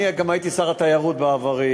אני גם הייתי שר התיירות בעברי,